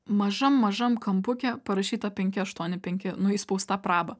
mažam mažam kampuke parašyta penki aštuoni penki nu įspausta praba